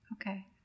Okay